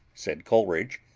said coleridge,